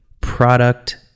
product